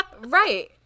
Right